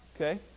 Okay